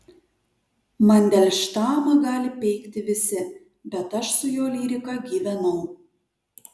mandelštamą gali peikti visi bet aš su jo lyrika gyvenau